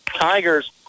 Tigers